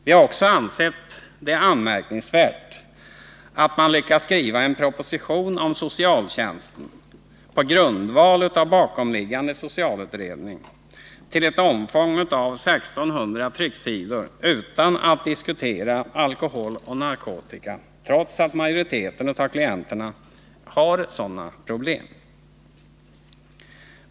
Vi anser också att det är anmärkningsvärt att man lyckats skriva en proposition om socialtjänsten på grundval av en socialutredning som omfattar 1 600 trycksidor utan att diskutera alkohol och narkotika, trots att majoriteten av klienterna har sådana problem.